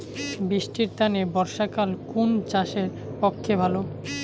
বৃষ্টির তানে বর্ষাকাল কুন চাষের পক্ষে ভালো?